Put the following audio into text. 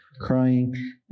crying